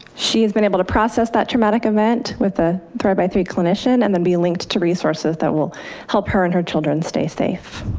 she has been able to process that traumatic event with a thrive by three clinician and then be linked to resources that will help her and her children stay safe.